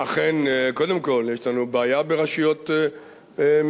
אכן, קודם כול, יש לנו בעיה ברשויות מקומיות,